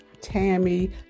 tammy